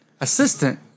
assistant